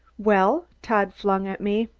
well? todd flung at me.